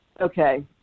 okay